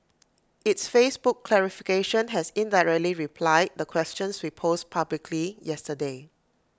its Facebook clarification has indirectly replied the questions we posed publicly yesterday